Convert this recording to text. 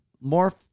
more